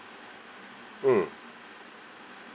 mm